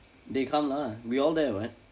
dey come lah we all there [what]